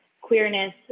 queerness